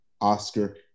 Oscar